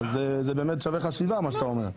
זה באמת שווה חשיבה מה שאתה אומר.